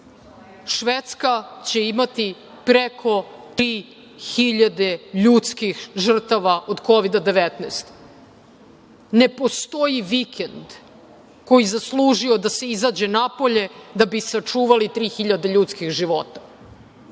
Švedska će imati preko 3000 ljudskih žrtava od Kovida – 19.Ne postoji vikend koji je zaslužio da se izađe napolje da bi sačuvali 3000 ljudskih života.